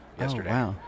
yesterday